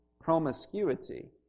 promiscuity